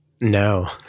No